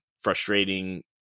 frustrating